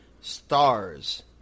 Stars